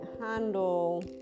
handle